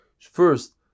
first